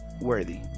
worthy